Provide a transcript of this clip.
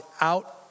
out